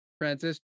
Francis